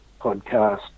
podcast